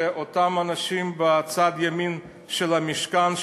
שאותם אנשים בצד ימין של המשכן,